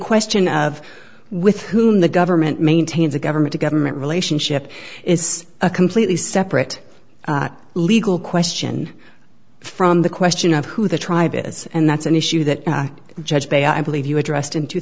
question of with whom the government maintains a government a government relationship is a completely separate legal question from the question of who the tribe is and that's an issue that judge bay i believe you addressed in two